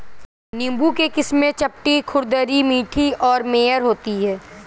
नींबू की किस्में चपटी, खुरदरी, मीठी और मेयर होती हैं